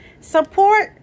support